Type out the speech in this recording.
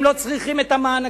הן לא צריכות את המענקים,